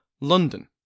London